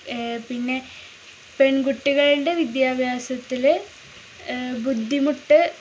പിന്നെ പെൺകുട്ടികളുടെ വിദ്യാഭ്യാസത്തില് ബുദ്ധിമുട്ട്